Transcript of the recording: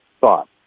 thought